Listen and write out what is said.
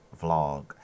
vlog